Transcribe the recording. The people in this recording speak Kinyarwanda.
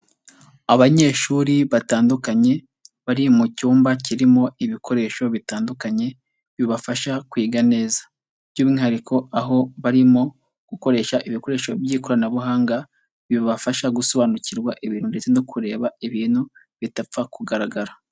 Abanyeshuri batandukanye bari mu cyumba kirimo ibikoresho bitandukanye bibafasha kwiga neza, by'umwihariko aho barimo gukoresha ibikoresho by'ikoranabuhanga, bibafasha gusobanukirwa ibintu ndetse no kureba ibintu bidapfa kugaragara.